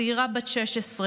צעירה בת 16,